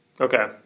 Okay